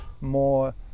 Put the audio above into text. more